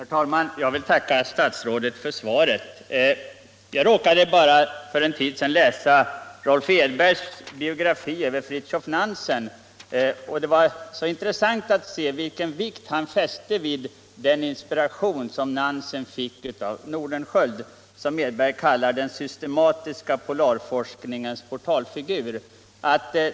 Herr talman! Jag vill tacka herr statsrådet för svaret. För en tid sedan råkade jag läsa Rolf Edbergs biografi över Fridtjof Nansen. Det var intressant att se vilken vikt han fäste vid den inspiration som Nansen fick av Nordenskiöld, som Edberg kallar den systematiska polarforskningens portalfigur.